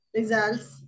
results